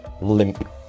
limp